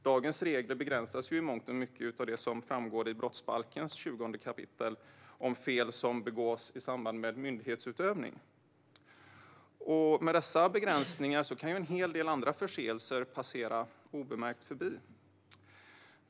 Dagens regler begränsas i mångt och mycket av det som framgår i brottsbalkens 20 kap. om fel som begås i samband med myndighetsutövning. Med dessa begränsningar kan en hel del andra förseelser passera obemärkt förbi.